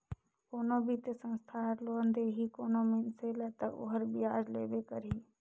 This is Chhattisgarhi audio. कोनो बित्तीय संस्था हर लोन देही कोनो मइनसे ल ता ओहर बियाज लेबे करही